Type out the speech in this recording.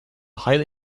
highly